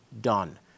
done